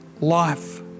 life